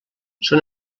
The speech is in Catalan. són